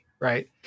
right